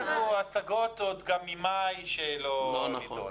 יש לנו השגות עוד ממאי שלא נידונו.